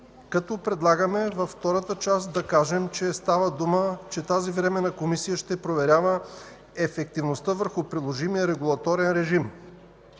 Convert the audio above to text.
Предлагаме във втората част да кажем, че тази Временна комисия ще проверява ефективността върху приложимия регулаторен режим.